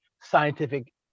scientific